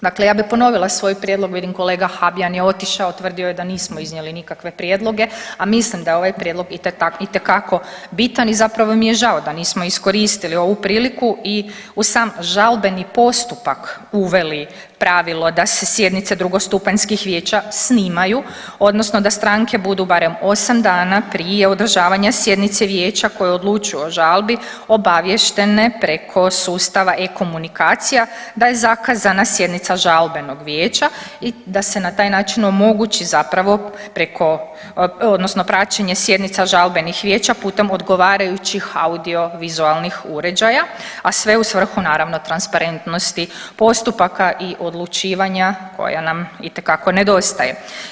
Dakle ja bi ponovila svoj prijedlog, vidim kolega Habijan je otišao, tvrdio je da nismo iznijeli nikakve prijedloge, a mislim da je ovaj prijedlog itekako bitan i zapravo mi je žao da nismo iskoristili ovu priliku i u sam žalbeni postupak uveli pravilo da se sjednice drugostupanjskih vijeća snimaju odnosno da stranke budu barem 8 dana prije održavanja sjednice vijeća koje odlučuju o žalbi obaviještene preko sustava e-komunikacija da je zakazana sjednica žalbenog vijeća i da se na taj način omogući zapravo preko odnosno praćenje sjednica žalbenih vijeća putem odgovarajućih audio vizualnih uređaja, a sve u svrhu naravno transparentnosti postupaka i odlučivanja koja nam itekako nedostaje.